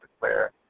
declare